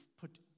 put